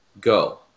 go